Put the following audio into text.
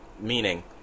meaning